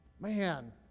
Man